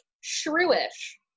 shrewish